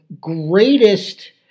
greatest